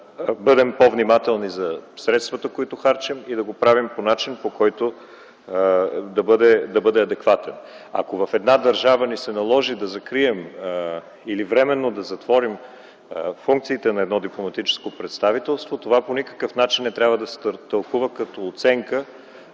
бъдем по-внимателни за средствата, които харчим, и да го правим по начин, който да бъде адекватен. Ако в една държава ни се наложи да закрием или временно да затворим функциите на едно дипломатическо представителство, това по никакъв начин не трябва да се тълкува като оценка